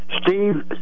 Steve